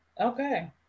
Okay